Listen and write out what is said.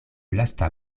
lasta